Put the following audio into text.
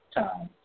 time